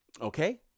Okay